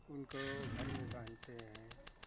उनको घर में बनते हैं